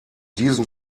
diesen